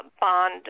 Bond